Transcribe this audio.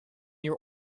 your